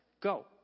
go